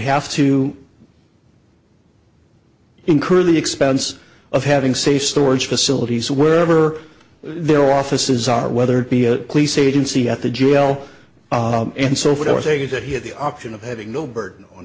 have to incur the expense of having safe storage facilities wherever their offices are whether it be a police agency at the jail and so would i say that he had the option of having no burden on